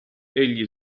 egli